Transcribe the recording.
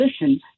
listen